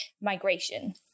migration